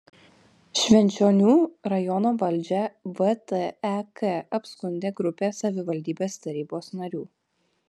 švenčionių rajono valdžią vtek apskundė grupė savivaldybės tarybos narių